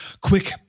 Quick